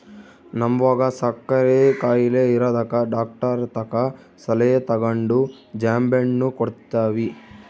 ನಮ್ವಗ ಸಕ್ಕರೆ ಖಾಯಿಲೆ ಇರದಕ ಡಾಕ್ಟರತಕ ಸಲಹೆ ತಗಂಡು ಜಾಂಬೆಣ್ಣು ಕೊಡ್ತವಿ